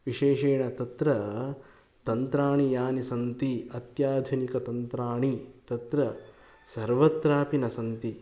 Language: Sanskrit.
विशेषेण तत्र तन्त्राणि यानि सन्ति अत्याधुनिकतन्त्राणि तत्र सर्वत्रापि न सन्ति